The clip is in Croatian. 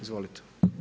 Izvolite.